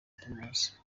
primus